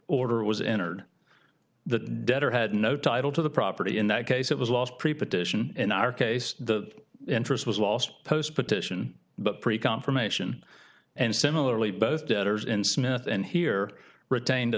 order was entered the debtor had no title to the property in that case it was lost pre partition in our case the interest was lost post petition but pretty confirmation and similarly both debtors in smith and here retained a